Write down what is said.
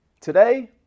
Today